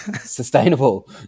sustainable